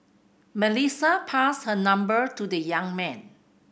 Melissa passed her number to the young man